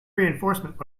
reinforcement